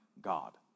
God